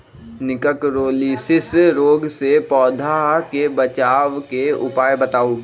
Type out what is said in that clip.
निककरोलीसिस रोग से पौधा के बचाव के उपाय बताऊ?